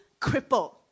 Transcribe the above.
cripple